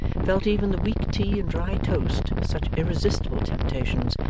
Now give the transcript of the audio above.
felt even the weak tea and dry toast such irresistible temptations,